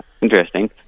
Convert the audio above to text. interesting